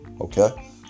Okay